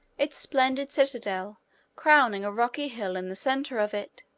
its splendid citadel crowning a rocky hill in the center of it.